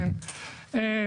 כן,